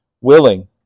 willing